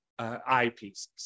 eyepieces